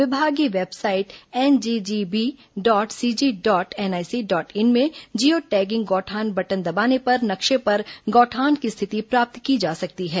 विभागीय website NGGB dot CG dot N IC dot in में geo tagging गौठान button दबाने पर नक्शे पर गौठान की स्थिति प्राप्त की जा सकती है